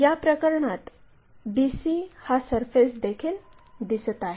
या प्रकरणात bc हा सरफेस देखील दिसत आहे